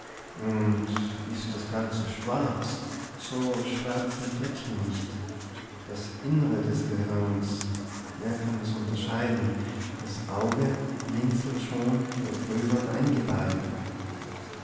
gefunden nicht teile nur allein der kräfte maß gebricht das innre des gehirns wer kann es unterscheiden das auge blinzelt schon bei gröbern eingeweiden